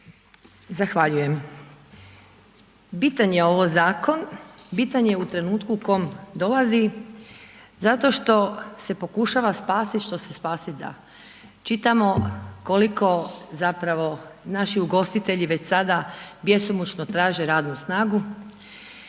(Nezavisni)** Bitan je ovo zakon, bitan je u trenutku u kom dolazi zato što se pokušava spasiti što se spasiti da. Čitamo koliko naši ugostitelji već sada bjesomučno traže radnu snagu,